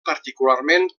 particularment